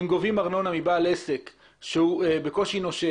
אם גובים ארנונה מבעל עסק שהוא בקושי נושם